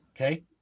Okay